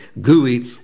gooey